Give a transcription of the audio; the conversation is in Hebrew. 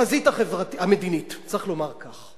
בחזית המדינית צריך לומר כך: